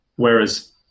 Whereas